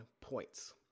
points